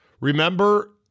Remember